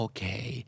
Okay